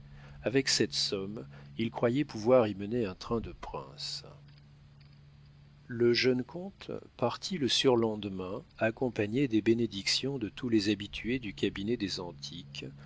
avec cette somme il croyait pouvoir y mener un train de prince le jeune comte partit le surlendemain accompagné des bénédictions de tous les habitués du cabinet des antiques